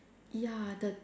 ya the